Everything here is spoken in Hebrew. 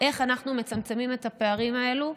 איך אנחנו מצמצמים את הפערים האלו,